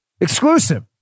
exclusive